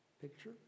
picture